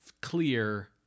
clear